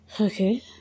okay